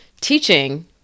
teaching